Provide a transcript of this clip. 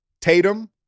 Tatum